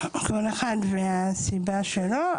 כל אחד והסיבה שלו,